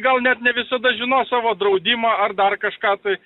gal net ne visada žinos savo draudimą ar dar kažką tai